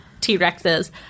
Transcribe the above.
T-Rexes